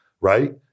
right